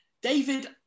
David